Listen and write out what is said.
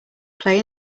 play